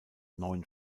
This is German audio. neun